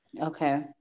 Okay